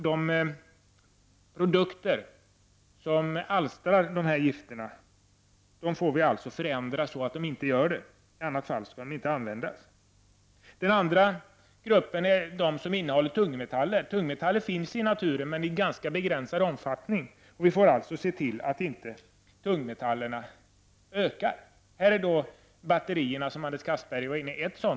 De produkter som alstrar dessa gifter måste vi förändra så att de inte gör det. I annat fall skall de inte användas. Den andra kategorin innehåller tungmetaller. Tungmetaller finns i naturen men i ganska begränsad omfattning. Och vi får alltså se till att tungmetallerna inte ökar. Batterier, som Anders Castberger nämnde, är ett exempel.